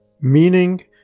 Meaning